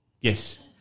Yes